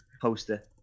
Poster